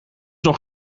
nog